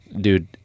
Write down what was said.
dude